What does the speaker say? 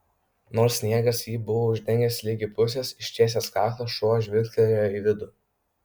nors sniegas jį buvo uždengęs ligi pusės ištiesęs kaklą šuo žvilgtelėjo į vidų